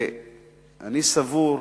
אני סבור,